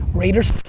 raiders.